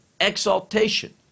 exaltation